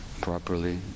properly